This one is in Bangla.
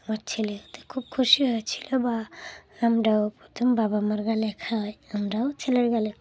আমার ছেলে খুব খুশি হয়েছিলো বা আমরাও প্রথম বাবা মার গালে হয় আমরাও ছেলের গালে